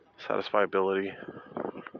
Satisfiability